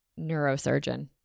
neurosurgeon